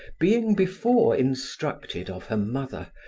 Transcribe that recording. being before instructed of her mother,